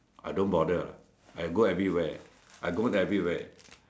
I don't bother I go everywhere I gone everywhere